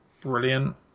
brilliant